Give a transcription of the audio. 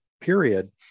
period